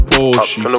Porsche